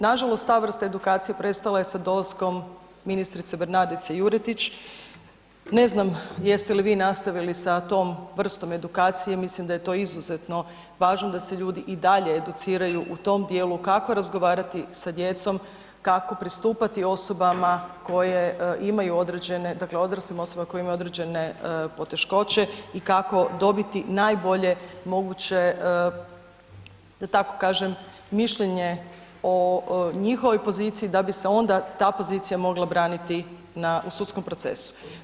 Nažalost ta vrsta edukacije prestala je sa dolaskom ministre Bernardice Juretić, ne znam jeste li vi nastaviti sa tom vrstom edukacije, mislim da je to izuzetno važno da se ljudi i dalje educiraju u tom dijelu kako razgovarati sa djecom, kako pristupati osobama koje imaju određene, dakle odraslim osobama koje imaju određene poteškoće i kako dobiti najbolje moguće da tako kažem, mišljenje o njihovoj poziciji da bi se onda ta pozicija mogla braniti u sudskom procesu.